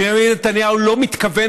בנימין נתניהו לא מתכוון,